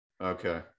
Okay